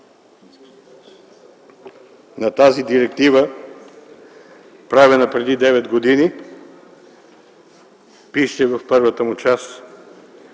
на тази директива, правена преди 9 години пише в първата му част,